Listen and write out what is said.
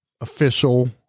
official